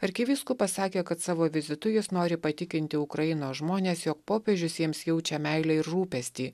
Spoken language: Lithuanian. arkivyskupas sakė kad savo vizitu jis nori patikinti ukrainos žmones jog popiežius jiems jaučia meilę ir rūpestį